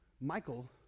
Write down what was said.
Michael